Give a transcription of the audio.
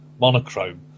monochrome